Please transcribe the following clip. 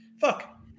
Fuck